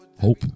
hope